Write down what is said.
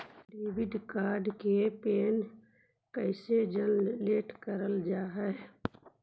Debit card के PIN कैसे generate करल जाहै?